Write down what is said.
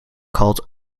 called